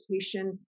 education